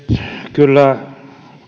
kyllä